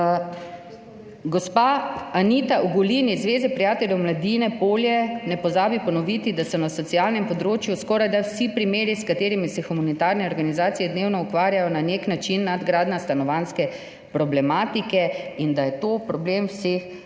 Gospa Anita Ogulin iz Zveze prijateljev mladine Ljubljana Moste-Polje ne pozabi ponoviti, da so na socialnem področju skorajda vsi primeri, s katerimi se humanitarne organizacije dnevno ukvarjajo, na nek način nadgradnja stanovanjske problematike in da je to problem vseh